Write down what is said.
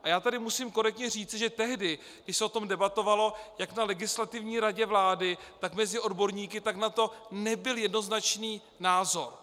A já tady musím korektně říci, že tehdy, když se o tom debatovalo jak na Legislativní radě vlády, tak mezi odborníky, tak na to nebyl jednoznačný názor.